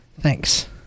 Thanks